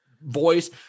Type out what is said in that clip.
voice